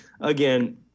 again